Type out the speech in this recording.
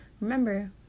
Remember